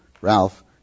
Ralph